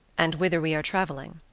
and whither we are traveling